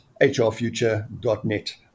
hrfuture.net